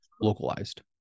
localized